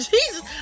Jesus